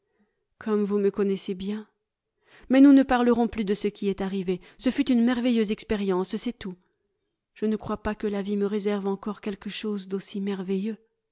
comme vous me connaissez bien mais nous ne parlerons plus de ce qui est arrivé ce fut une merveilleuse expérience c'est tout je ne crois pas que la vie me réserve encore quelque chose d'aussi merveilleux